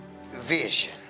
vision